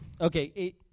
Okay